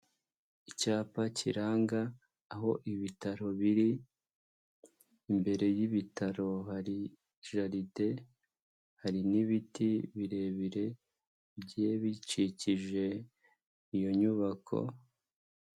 Icyapa kiranga aho ibitaro biri, imbere y'ibitaro hari jaride hari n'ibiti birebire bigiye bikikije iyo nyubako.